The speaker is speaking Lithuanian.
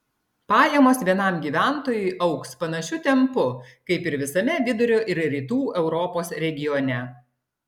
pajamos vienam gyventojui augs panašiu tempu kaip ir visame vidurio ir rytų europos regione